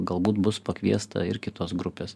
galbūt bus pakviesta ir kitos grupės